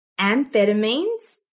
amphetamines